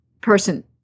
person